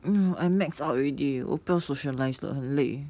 mm I maximise out already 我不要 social life 了很累